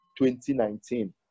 2019